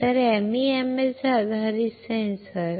तर MEMS आधारित sensor